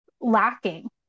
lacking